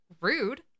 rude